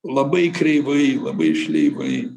labai kreivai labai šleivai